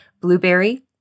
Blueberry